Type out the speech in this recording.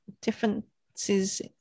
differences